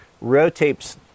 rotates